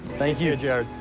thank you, jarrett.